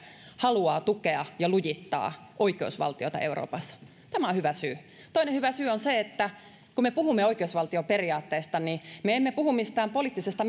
haluaa tukea ja lujittaa oikeusvaltiota euroopassa tämä on hyvä syy toinen hyvä syy on se että kun me puhumme oikeusvaltioperiaatteesta niin me emme puhu mistään poliittisista